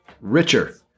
Richer